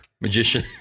magician